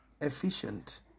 efficient